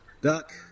Duck